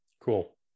Cool